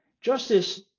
Justice